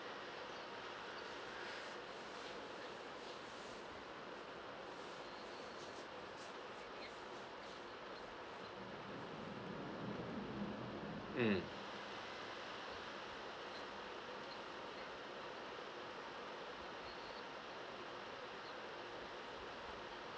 mm